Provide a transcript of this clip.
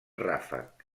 ràfec